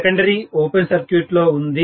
secondary open సర్క్యూట్లో ఉంది